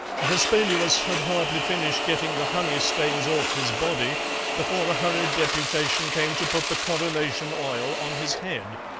vespaluus had hardly finished getting the honey stains off his body before a hurried deputation came to put the coronation oil on his head.